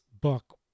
book